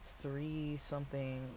three-something